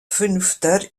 fünfter